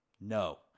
No